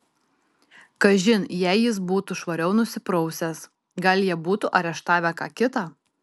kažin jei jis būtų švariau nusiprausęs gal jie būtų areštavę ką kitą